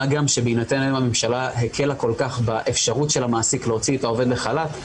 מה גם שהממשלה הקלה כל-כך באפשרות של המעסיק להוציא את העובד לחל"ת,